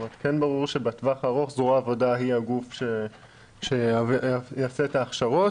כן ברור שבטווח הארוך זרוע העבודה היא הגוף שיעשה את ההכשרות.